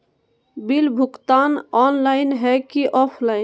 Bill भुगतान online है की ऑफलाइन?